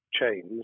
chains